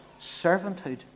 servanthood